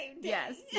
Yes